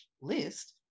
list